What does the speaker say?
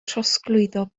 trosglwyddo